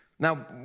Now